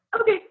okay